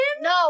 No